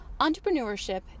entrepreneurship